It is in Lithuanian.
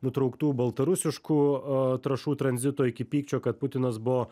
nutrauktų baltarusiškų trąšų tranzito iki pykčio kad putinas buvo